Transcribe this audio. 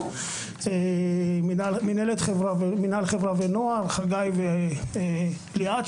מינהל חברה ונוער חגי וליאת,